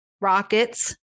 Rockets